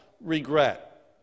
regret